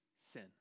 sin